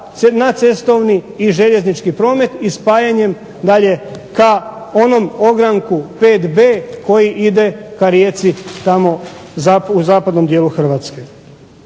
na cestovni i željeznički promet i spajanjem dalje ka onom ogranku 5B koji ide ka rijeci tamo u zapadnom dijelu Hrvatske.